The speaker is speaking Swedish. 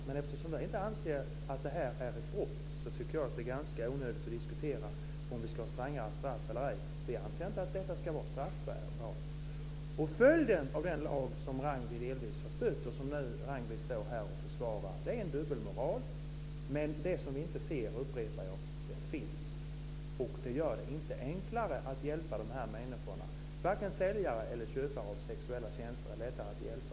Men eftersom vi inte anser att det är ett brott är det ganska onödigt att diskutera om vi ska ha strängare straff eller ej. Vi anser inte att det ska vara straffbart. Följden av den lag som Ragnwi delvis har stött, som hon nu står här och försvarar, är en dubbelmoral. Det som vi inte ser finns. Det gör det inte enklare att hjälpa de här människorna. Varken säljare eller köpare av sexuella tjänster är lättare att hjälpa.